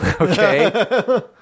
Okay